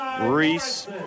Reese